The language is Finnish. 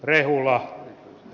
rehula ja